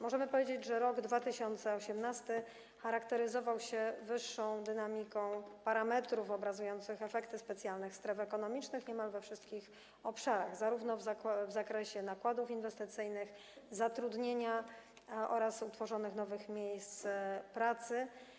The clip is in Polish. Możemy powiedzieć, że rok 2018 charakteryzował się wyższą dynamiką parametrów obrazujących efekty specjalnych stref ekonomicznych niemal we wszystkich obszarach, zarówno w zakresie nakładów inwestycyjnych, zatrudnienia, jak i utworzonych nowych miejsc pracy.